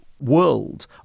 World